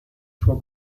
sua